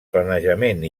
planejament